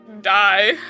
...die